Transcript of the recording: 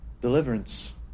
Deliverance